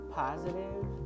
positive